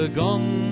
gone